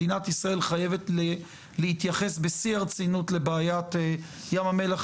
מדינת ישראל חייבת להתייחס בשיא הרצינות לבעיית ים המלח.